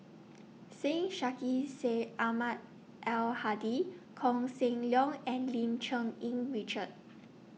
Syed Sheikh Syed Ahmad Al Hadi Koh Seng Leong and Lim Cherng Yih Richard